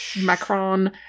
Macron